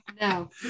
No